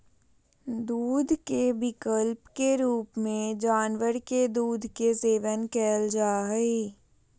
दूध के विकल्प के रूप में जानवर के दूध के सेवन कइल जा हइ